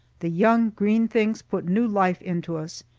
the young green things put new life into us,